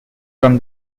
from